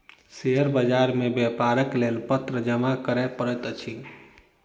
share बाजार मे व्यापारक लेल पत्र जमा करअ पड़ैत अछि